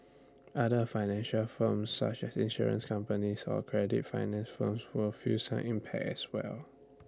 other financial firms such as insurance companies or credit finance firms will feel some impact as well